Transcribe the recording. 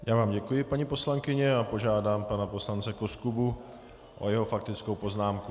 Já vám děkuji, paní poslankyně, a požádám pana poslance Koskubu o jeho faktickou poznámku.